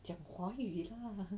讲华语 lah